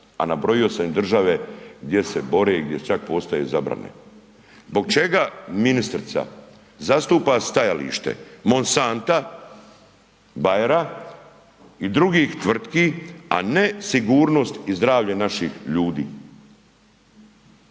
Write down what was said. a nabrojio sam i države gdje se bore, gdje čak postoje zabrane. Zbog čega ministrica zastupa stajalište Monsanta, Bayera i drugih tvrtki, a ne sigurnost i zdravlje naših ljudi?